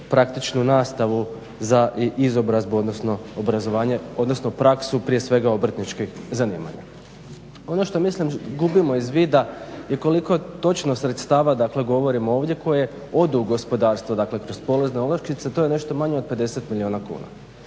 praktičnu nastavu za izobrazbu odnosno obrazovanje, odnosno praksu prije svega obrtničkih zanimanja. Ono što mislim gubimo iz vida je koliko točno sredstava, dakle govorimo ovdje koje odu u gospodarstvo, dakle kroz porezne olakšice. To je nešto manje od 50 milijuna kuna.